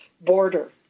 border